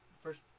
First